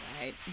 right